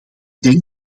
denk